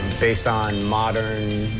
based on modern